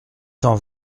cent